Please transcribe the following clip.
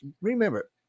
Remember